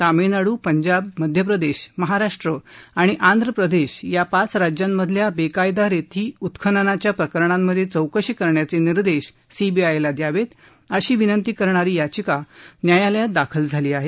तामिळनाडू पंजाब मध्य प्रदेश महाराष्ट्र आणि आंध्र प्रदेश या पाच राज्यांमधल्या बेकायदा रेती उत्खननाच्या प्रकरणांमधे चौकशी करण्याचे निर्देश सीबीआयला द्यावेत अशी विनंती करणारी याचिका न्यायालयात दाखल झाली आहे